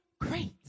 great